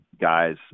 guys